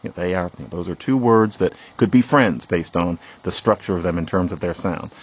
they are those are two words that could be friends based on the structure of them in terms of their sound.